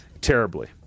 terribly